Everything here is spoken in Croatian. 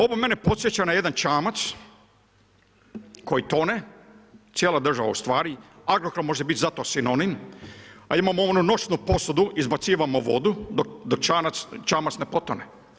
Ovo mene podsjeća na jedan čamac koji tone, cijela država ustvari, Agrokor može biti za to sinonim, a imamo onu noćnu posudu, izbacivamo vodu dok čamac ne potone.